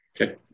Okay